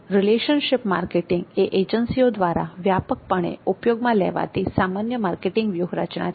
relationship marketing એ એજન્સીઓ દ્વારા વ્યાપક પણે ઉપયોગમાં લેવાતી સામાન્ય માર્કેટિંગ વ્યૂહરચના છે